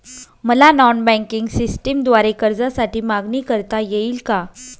मला non banking सिस्टमद्वारे कर्जासाठी मागणी करता येईल का?